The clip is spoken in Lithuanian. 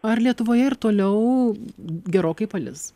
ar lietuvoje ir toliau gerokai palis